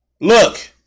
Look